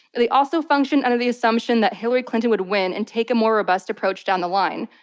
they also functioned under the assumption that hillary clinton would win and take a more robust approach down the line.